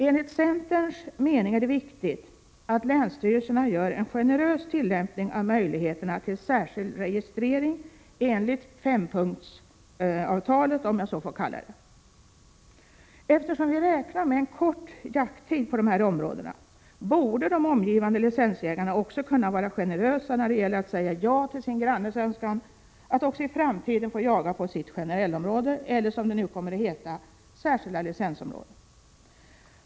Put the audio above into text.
Enligt centerns mening är det viktigt att länsstyrelserna generöst tillämpar möjligheterna till särskild registrering enligt fempunktsavtalet, om jag så får kalla det. Eftersom vi räknar med en kort jakttid på dessa områden, borde också de omgivande licensjägarna kunna vara generösa när det gäller att säga ja till sin grannes önskan att också i framtiden få jaga på sitt ”generellområde” eller, som det nu kommer att heta, ”särskilda licensområde”.